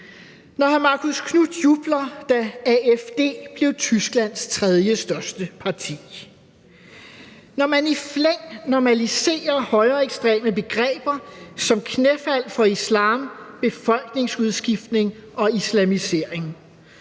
når hr. Marcus Knuth jubler, da AfD blev Tysklands tredjestørste parti, når man i flæng normaliserer højreekstreme begreber som knæfald for islam, befolkningsudskiftning og islamisering